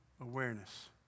awareness